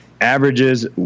averages